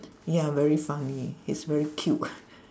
ya very funny he's very cute